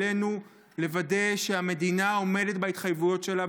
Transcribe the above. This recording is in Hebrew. עלינו לוודא שהמדינה עומדת בהתחייבויות שלה,